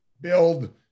build